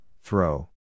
throw